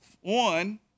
one